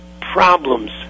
problems